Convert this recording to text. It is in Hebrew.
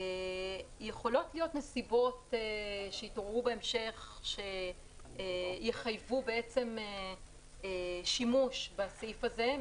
יכולות להיות נסיבות שיתעוררו בהמשך ויחייבו שימוש בסעיף הזה,